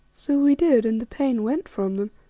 so we did, and the pain went from them,